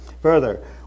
Further